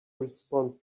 response